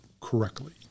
correctly